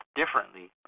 differently